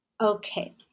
Okay